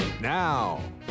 Now